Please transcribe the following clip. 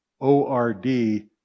O-R-D